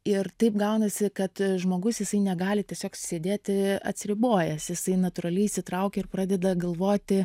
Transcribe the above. ir taip gaunasi kad žmogus jisai negali tiesiog sėdėti atsiribojęs jisai natūraliai įsitraukia ir pradeda galvoti